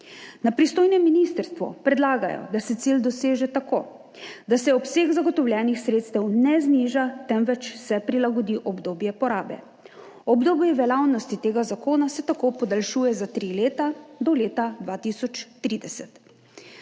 Na pristojnem ministrstvu predlagajo, da se cilj doseže tako, da se obseg zagotovljenih sredstev ne zniža, temveč se prilagodi obdobje porabe. Obdobje veljavnosti tega zakona se tako podaljšuje za tri leta, do leta 2030.